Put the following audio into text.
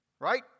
Right